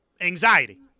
anxiety